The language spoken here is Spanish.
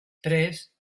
tres